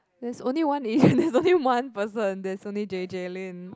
there's only one there's only one person there's only J J Lin